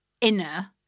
inner